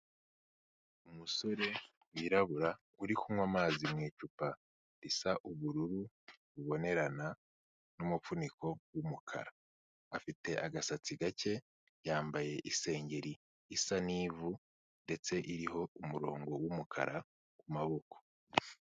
Umusore wirabura uri kunywa amazi mu icupa risa ubururu bubonerana n'umufuniko w'umukara. Afite agasatsi gake yambaye isengeri isa n'ivu ndetse iriho umurongo w'umukara ku maboko.